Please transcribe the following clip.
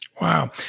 Wow